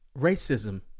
racism